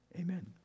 amen